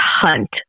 hunt